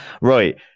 Right